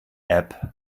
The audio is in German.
app